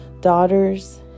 daughters